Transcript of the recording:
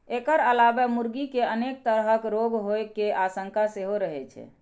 एकर अलावे मुर्गी कें अनेक तरहक रोग होइ के आशंका सेहो रहै छै